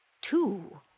two